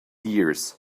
years